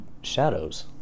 shadows